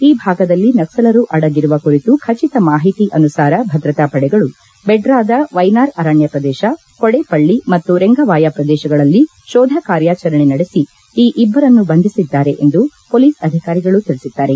ಈ ಭಾಗದಲ್ಲಿ ನಕ್ಸಲರು ಅಡಗಿರುವ ಕುರಿತು ಖಚಿತ ಮಾಹಿತಿ ಅನುಸಾರ ಭದ್ರತಾ ಪಡೆಗಳು ಬೆಡ್ರಾದ ವ್ಲೆನಾರ್ ಅರಣ್ಣ ಪ್ರದೇಶ ಕೊಡೆಪಳ್ಳಿ ಮತ್ತು ರೆಂಗವಾಯ ಪ್ರದೇಶಗಳಲ್ಲಿ ತೋಧ ಕಾರ್ಯಾಚರಣೆ ನಡೆಸಿ ಈ ಇಬ್ಲರನ್ನು ಬಂಧಿಸಿದೆ ಎಂದು ಮೊಲೀಸ್ ಅಧಿಕಾರಿಗಳು ತಿಳಿಸಿದ್ದಾರೆ